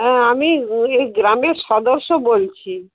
হ্যাঁ আমি ওই গ্রামের সদস্য বলছি